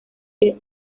que